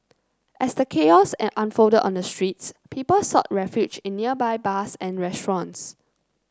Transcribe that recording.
as the chaos unfolded on the streets people sought refuge in nearby bars and restaurants